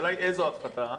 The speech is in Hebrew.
השאלה איזו הפחתה.